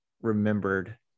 remembered